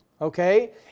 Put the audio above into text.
Okay